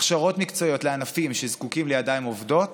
הכשרות מקצועיות לענפים שזקוקים לידיים עובדות